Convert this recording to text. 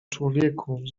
człowieku